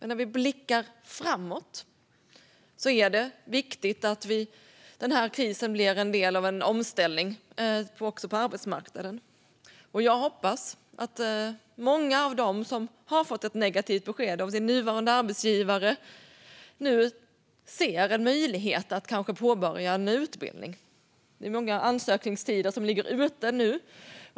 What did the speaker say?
När vi blickar framåt är det viktigt att denna kris blir en del av en omställning också på arbetsmarknaden. Jag hoppas att många av dem som har fått ett negativt besked av sin nuvarande arbetsgivare nu ser en möjlighet att kanske påbörja en utbildning. Det pågår nu ett omfattande ansökningsförfarande.